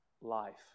life